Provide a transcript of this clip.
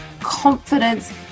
confidence